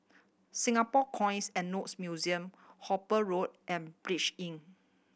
Singapore Coins and Notes Museum Hooper Road and Inn